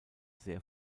sehr